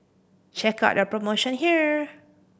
check out their promotion here